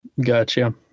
Gotcha